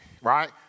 right